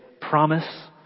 promise